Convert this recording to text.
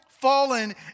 Fallen